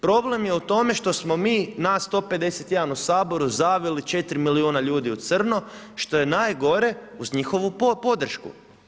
Problem je u tome što smo mi, nas 151 u Saboru, zavili 4 milijuna ljudi u crno, što je najgore uz njihovu podršku.